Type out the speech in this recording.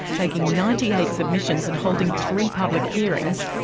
taking ninety eight submissions and holding three public hearings,